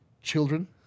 children